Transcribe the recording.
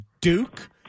Duke